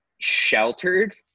sheltered